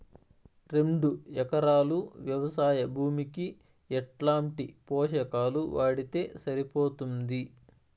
రెండు ఎకరాలు వ్వవసాయ భూమికి ఎట్లాంటి పోషకాలు వాడితే సరిపోతుంది?